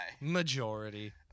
majority